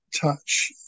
touch